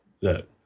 look